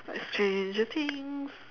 like stranger things